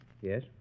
Yes